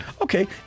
okay